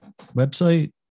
Website